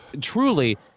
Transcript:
truly